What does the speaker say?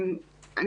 אני